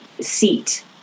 seat